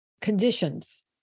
conditions